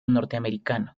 norteamericano